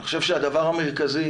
אני חושב שהדבר המרכזי